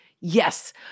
yes